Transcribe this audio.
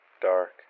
dark